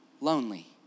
lonely